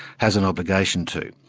has an obligation to.